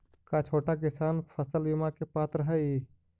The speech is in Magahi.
का छोटा किसान फसल बीमा के पात्र हई?